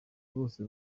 bose